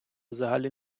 взагалі